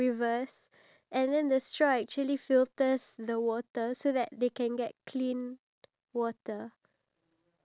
so instead of the average age of dying maybe about like sixty to seventy maybe you can increase due to the fact that you have